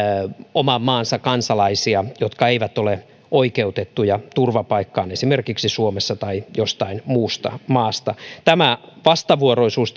oman maansa kansalaisia jotka eivät ole oikeutettuja turvapaikkaan esimerkiksi suomesta tai jostain muusta maasta tämä vastavuoroisuus